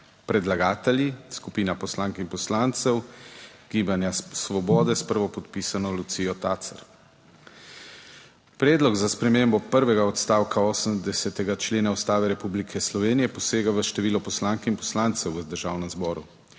Predlagatelji, skupina poslank in poslancev Gibanja svobode s prvopodpisano Lucijo Tacer. Predlog za spremembo prvega odstavka 80. člena Ustave Republike Slovenije posega v število poslank in poslancev v Državnem zboru,